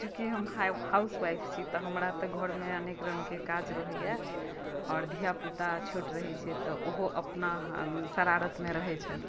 चूँकी हम housewife छी तऽ हमरा तऽ घरमे अनेक रङ्गके काज रहैया आओर धिया पुता छोट रहै छै तऽ ओहो अपना शरारतमे रहै छथि